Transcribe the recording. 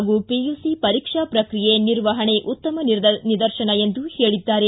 ಹಾಗೂ ಪಿಯುಸಿ ಪರೀಕ್ಷಾ ಪ್ರಕ್ರಿಯೆ ನಿರ್ವಹಣೆ ಉತ್ತಮ ನಿದರ್ಶನ ಎಂದು ಹೇಳಿದ್ದಾರೆ